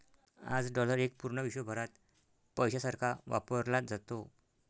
आज डॉलर एक पूर्ण विश्वभरात पैशासारखा वापरला जातो